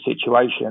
situation